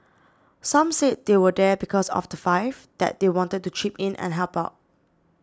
some said they were there because of the five that they wanted to chip in and help out